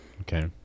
Okay